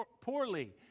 poorly